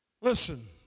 Listen